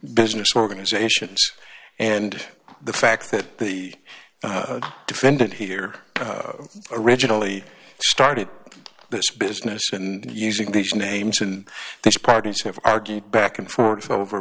business organizations and the fact that the defendant here originally started this business and using these names and these parties have argued back and forth over